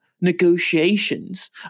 negotiations